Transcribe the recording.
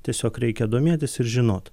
tiesiog reikia domėtis ir žinot